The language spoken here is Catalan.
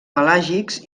pelàgics